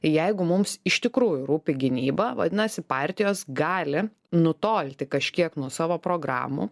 ir jeigu mums iš tikrųjų rūpi gynyba vadinasi partijos gali nutolti kažkiek nuo savo programų